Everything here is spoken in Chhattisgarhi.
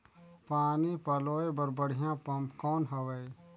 पानी पलोय बर बढ़िया पम्प कौन हवय?